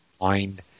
mind